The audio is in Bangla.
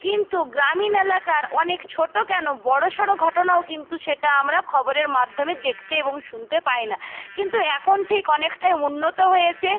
কিন্তু গ্রামীণ এলাকার অনেক ছোটো কেন বড়ো সরো ঘটনাও কিন্তু সেটা আমরা খবরের মাধ্যমে দেখতে এবং শুনতে পাই না কিন্তু এখন ঠিক অনেকটাই উন্নত হয়েছে